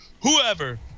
whoever